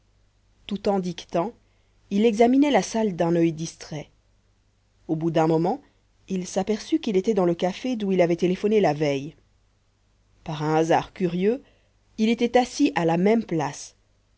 tout en dictant il examinait la salle d'un oeil distrait au bout d'un moment il s'aperçut qu'il était dans le café d'où il avait téléphoné la veille par un hasard curieux il était assis à la même place